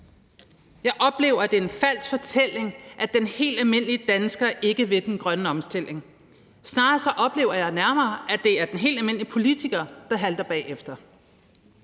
Jeg oplever, at det er en falsk fortælling, at den helt almindelige dansker ikke vil den grønne omstilling. Snarere oplever jeg, at det er den helt almindelige politiker, der halter bagefter.